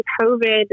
COVID